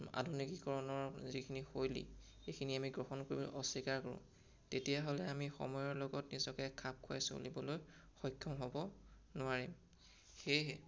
আধুনিকীকৰণৰ যিখিনি শৈলী সেইখিনি আমি গ্ৰহণ কৰিবলৈ অস্বীকাৰ কৰোঁ তেতিয়াহ'লে আমি সময়ৰ লগত নিজকে খাপ খোৱাই চলিবলৈ সক্ষম হ'ব নোৱাৰিম সেয়েহে